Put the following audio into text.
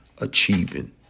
achieving